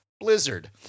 blizzard